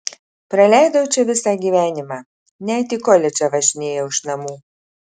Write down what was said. praleidau čia visą gyvenimą net į koledžą važinėjau iš namų